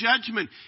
judgment